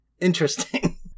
Interesting